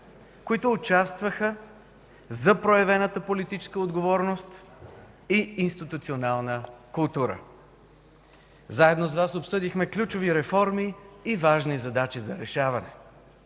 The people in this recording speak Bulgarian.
които участваха, за проявената политическа отговорност и институционална култура. Заедно с Вас обсъдихме ключови реформи и важни задачи за решаване.